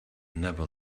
never